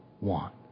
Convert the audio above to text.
want